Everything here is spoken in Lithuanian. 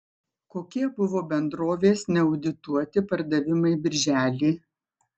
kokie buvo bendrovės neaudituoti pardavimai birželį